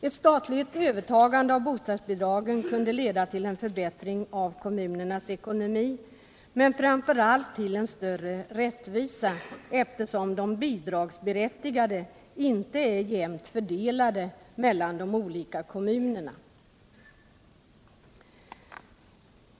Ett statligt övertagande av bostadsbidragen kunde leda till en förbättring av kommunernas ekonomi men framför allt till en större rättvisa, eftersom de bidragsberättigade inte är jämnt fördelade mellan de olika kommunerna.